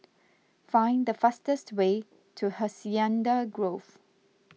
find the fastest way to Hacienda Grove